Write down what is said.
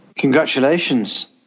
Congratulations